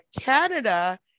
Canada